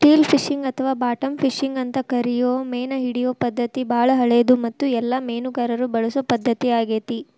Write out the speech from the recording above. still fishing ಅಥವಾ bottom fishing ಅಂತ ಕರಿಯೋ ಮೇನಹಿಡಿಯೋ ಪದ್ಧತಿ ಬಾಳ ಹಳೆದು ಮತ್ತು ಎಲ್ಲ ಮೇನುಗಾರರು ಬಳಸೊ ಪದ್ಧತಿ ಆಗೇತಿ